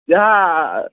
ଯାହା